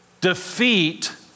defeat